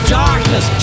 darkness